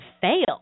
fail